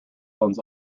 islands